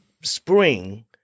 spring